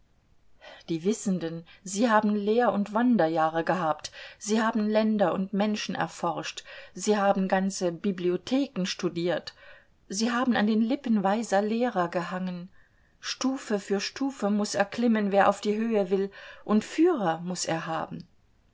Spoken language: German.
die wissenden sie haben lehr und wanderjahre gehabt sie haben länder und menschen erforscht sie haben ganze bibliotheken studiert sie haben an den lippen weiser lehrer gehangen stufe für stufe muß erklimmen wer auf die höhe will und führer muß er haben